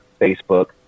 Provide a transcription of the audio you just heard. facebook